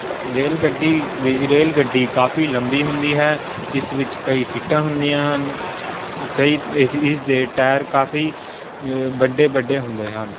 rail ਗੱਡੀ ਵੀ rail ਗੱਡੀ ਕਾਫ਼ੀ ਲੰਬੀ ਹੁੰਦੀ ਹੈ ਇਸ ਵਿੱਚ ਕਈ ਸੀਟਾਂ ਹੁੰਦੀਆਂ ਹਨ ਕਈ ਇਸ ਇਸ ਦੇ ਟਾਇਰ ਕਾਫ਼ੀ ਵੱਡੇ ਵੱਡੇ ਹੁੰਦੇ ਹਨ